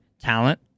talent